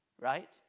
right